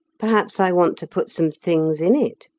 perhaps i want to put some things in it.